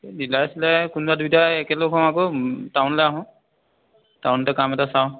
এই ডিলাৰে চিলাৰে কোনোবা দুটাই একেলগ হওঁ আকৌ টাউনলৈ আহোঁ টাউনতে কাম এটা চাওঁ